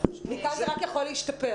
מכאן זה רק יכול להשתפר.